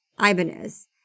Ibanez